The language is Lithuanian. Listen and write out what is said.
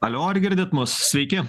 alio ar girdit mus sveiki